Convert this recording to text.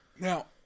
Now